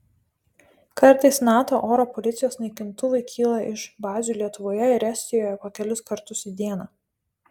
kartais nato oro policijos naikintuvai kyla iš bazių lietuvoje ir estijoje po kelis kartus į dieną